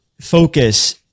focus